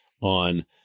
on